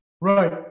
right